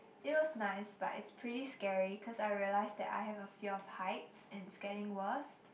it was nice but it's pretty scary cause I realized that I have a fear of heights and it's getting worse